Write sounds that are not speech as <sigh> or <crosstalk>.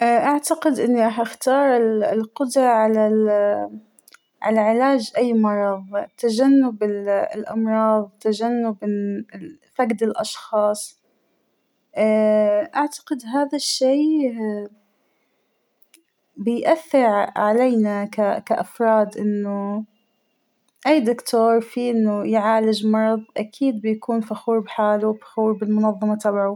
أعتقد إنى راح أختار القدرة على ال على علاج أى مرض ،تجنب الأمراض تجنب ال فقد الأشخاص ، <hesitation> أعتقد هذا الشى <hesitation> بيأثر علينا كافراد أنه أى دكتور فيه أنه يعالج مرض ،أكيد بيكون فخور بحاله ، فخور بالمنظمة تبعوا.